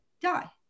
die